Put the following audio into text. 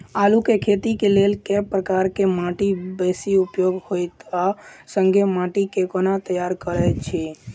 आलु केँ खेती केँ लेल केँ प्रकार केँ माटि बेसी उपयुक्त होइत आ संगे माटि केँ कोना तैयार करऽ छी?